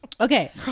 Okay